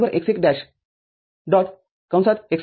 F0 0 x३ xN x2